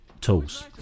tools